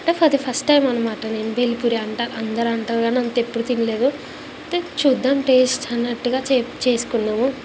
అంటే అది first time అన్నమాట నేను బేల్పూరి అంట అందరంటరు కాని అంతెప్పుడు తినలేదు చూద్దాం టేస్ట్ అన్నట్టుగా చేసు చేసుకున్నాము